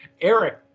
Eric